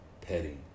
petty